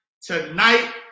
tonight